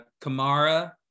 kamara